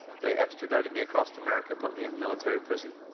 they extradited me across america, put me in military prison.